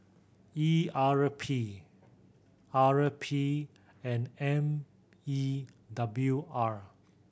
E R P R P and M E W R